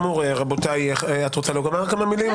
חברת הכנסת עטיה, את רוצה לומר כמה מילים?